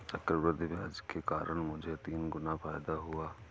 चक्रवृद्धि ब्याज के कारण मुझे तीन गुना फायदा हुआ